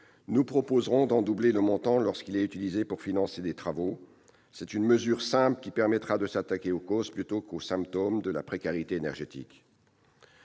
nous proposerons d'en doubler le montant lorsqu'il est utilisé pour financer des travaux : cette mesure simple permettra de s'attaquer aux causes, plutôt qu'aux symptômes, de la précarité énergétique.